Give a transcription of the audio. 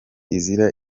izira